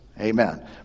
Amen